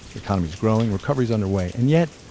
economy's growing, recovery's underway, and yet,